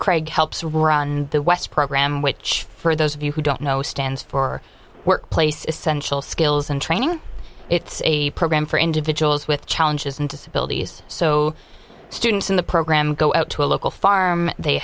craig helps run the west program which for those of you who don't know stands for workplace essential skills and training it's a program for individuals with challenges and disabilities so students in the program go out to a local farm they